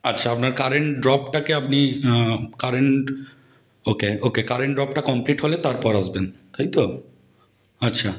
আচ্ছা আপনার কারেন্ট ড্রপটাকে আপনি কারেন্ট ওকে ওকে কারেন ড্রপটা কমপ্লিট হলে তারপর আসবেন তাই তো আচ্ছা